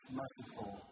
merciful